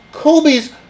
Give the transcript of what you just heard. Kobe's